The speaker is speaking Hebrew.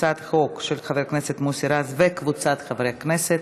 הצעת חוק של חבר הכנסת מוסי רז וקבוצת חברי הכנסת.